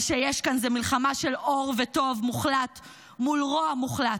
מה שיש כאן זאת מלחמה של אור וטוב מוחלט מול רוע מוחלט,